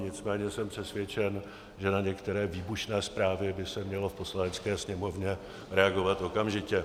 Nicméně jsem přesvědčen, že na některé výbušné zprávy by se mělo v Poslanecké sněmovně reagovat okamžitě.